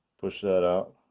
push that out.